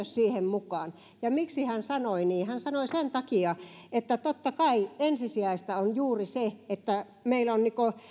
siihen mukaan ja miksi hän sanoi niin hän sanoi niin sen takia että totta kai ensisijaista on juuri se että meillä on